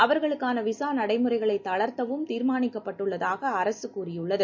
அவர்களுக்கான விசா நடைமுறைகளை தளர்த்தவும் தீர்மானிக்கப்பட்டுள்ளதாக அரசு கூறியுள்ளது